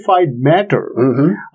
matter